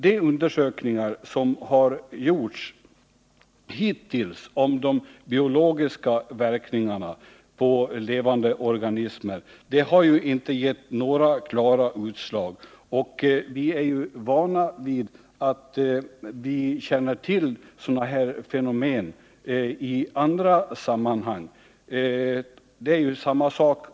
De undersökningar som hittills har gjorts om de biologiska verkningarna på levande organismer har inte gett några klara utslag. Vi är ju vana vid sådana här fenomen i andra sammanhang.